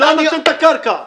לא נותן את הקרקע, מה.